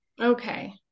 Okay